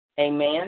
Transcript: Amen